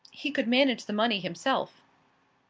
he could manage the money himself.